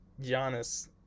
Giannis